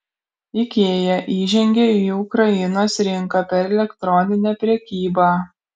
ikea įžengė į ukrainos rinką per elektroninę prekybą